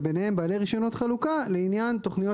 וביניהם בעלי רישיונות חלוקה לעניין תוכניות